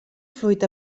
fluid